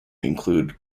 include